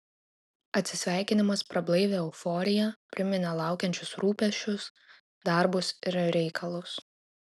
atsisveikinimas prablaivė euforiją priminė laukiančius rūpesčius darbus ir reikalus